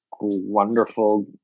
wonderful